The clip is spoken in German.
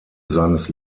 seines